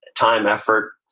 time, effort,